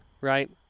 right